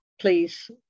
please